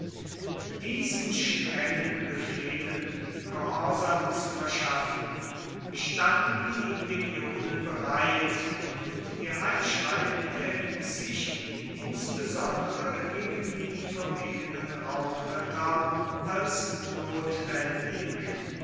diesen strengen befehlen gehorsam zu verschaffen standen die legionen bereit und ihr einschreiten erwies sich insbesondere gegen die verwegenen raubritter als notwendig